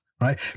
right